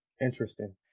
Interesting